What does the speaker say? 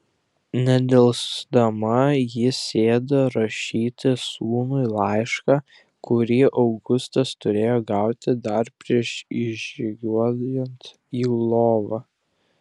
nedelsdama ji sėdo rašyti sūnui laišką kurį augustas turėjo gauti dar prieš įžygiuojant į lvovą